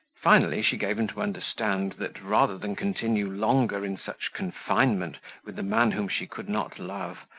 finally, she gave him to understand, that rather than continue longer in such confinement with the man whom she could not love,